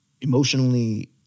emotionally